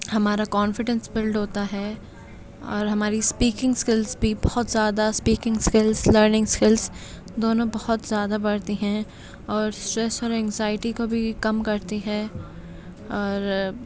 ہمارا confidence build ہوتا ہے اور ہماری اسپیکنگ اسکلز بہت زیادہ اسپیکنگ اسکلز لرننگ اسکلز دونوں بہت زیادہ بڑھتی ہیں اور اور اینگزائٹی کو بھی کم کر تی ہے اور